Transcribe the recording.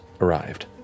arrived